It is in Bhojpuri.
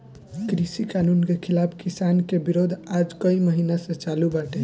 कृषि कानून के खिलाफ़ किसान के विरोध आज कई महिना से चालू बाटे